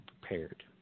prepared